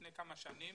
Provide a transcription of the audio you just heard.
לפני כמה שנים